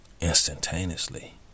instantaneously